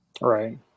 Right